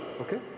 Okay